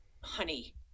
honey